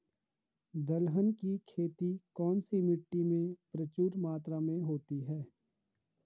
दलहन की खेती कौन सी मिट्टी में प्रचुर मात्रा में होती है?